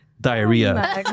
Diarrhea